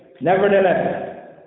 nevertheless